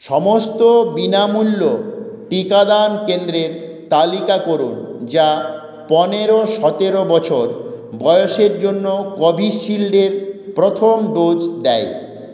সমস্ত বিনামূল্য টিকাদান কেন্দ্রের তালিকা করুন যা পনেরো সতেরো বছর বয়সের জন্য কোভিশিল্ড এর প্রথম ডোজ দেয়